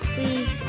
Please